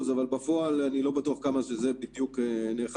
אבל בפועל אני לא בטוח כמה זה בדיוק נאכף.